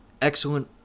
Excellent